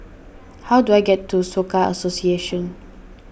how do I get to Soka Association